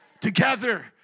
together